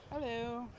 Hello